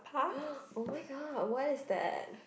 oh-my-god why is that